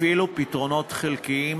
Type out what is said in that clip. אפילו פתרונות חלקיים,